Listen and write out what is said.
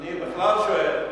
אני בכלל שואל,